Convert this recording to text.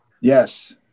Yes